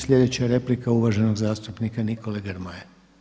Sljedeća replika je uvaženog zastupnika Nikole Grmoje.